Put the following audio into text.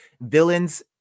villains